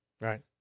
Right